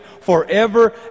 forever